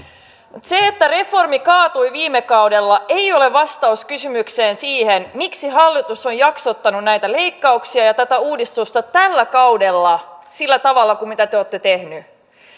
se että reformi kaatui viime kaudella ei ole vastaus siihen kysymykseen miksi hallitus on jaksottanut näitä leikkauksia ja tätä uudistusta tällä kaudella sillä tavalla kuin te olette tehneet